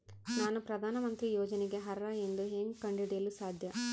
ನಾನು ಪ್ರಧಾನ ಮಂತ್ರಿ ಯೋಜನೆಗೆ ಅರ್ಹ ಎಂದು ಹೆಂಗ್ ಕಂಡ ಹಿಡಿಯಲು ಸಾಧ್ಯ?